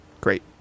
great